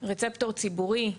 רצפטור ציבורי.